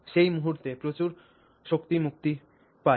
সেই মুহুর্তে প্রচুর শক্তি মুক্তি পায়